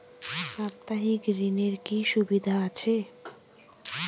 সাপ্তাহিক ঋণের কি সুবিধা আছে?